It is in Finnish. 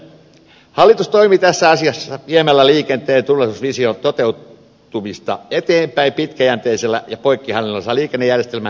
hallitus toimi tässä asiassa viemällä liikenteen turvallisuusvision toteutumista eteenpäin pitkäjänteisellä ja poikkihallinnollisella liikennejärjestelmän kehittämisellä